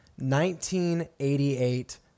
1988